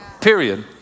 Period